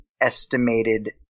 estimated